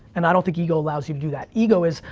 and i don't think ego allows you to do that. ego is,